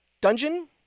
Dungeon